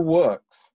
works